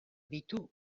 ditu